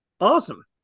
Awesome